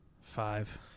Five